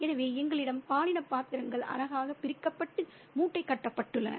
எனவே எங்களிடம் பாலின பாத்திரங்கள் அழகாக பிரிக்கப்பட்டு மூட்டை கட்டப்பட்டுள்ளன